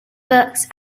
books